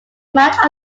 much